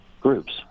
groups